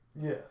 Yes